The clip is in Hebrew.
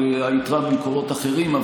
באים משירות התעסוקה, והיתרה, ממקורות אחרים.